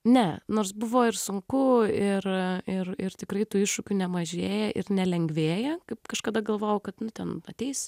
ne nors buvo ir sunku ir ir ir tikrai tų iššūkių nemažėja ir nelengvėja kaip kažkada galvojau kad ten ateis